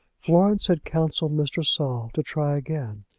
florence had counselled mr. saul to try again,